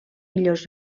millors